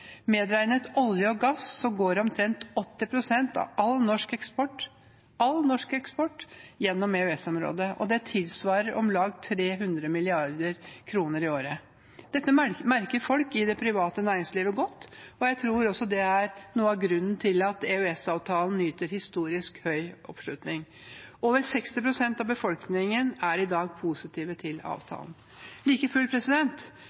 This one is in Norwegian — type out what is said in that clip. Medregnet olje og gass går omtrent 80 pst. av all norsk eksport – all norsk eksport – gjennom EØS-området, og det tilsvarer om lag 300 mrd. kr i året. Dette merker folk i det private næringslivet godt, og jeg tror også det er noe av grunnen til at EØS-avtalen nyter historisk høy oppslutning. Over 60 pst. av befolkningen er i dag positive til